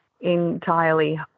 entirely